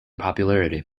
popularity